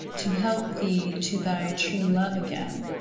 to help thee to thy true love again,